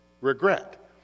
regret